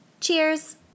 Cheers